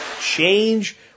change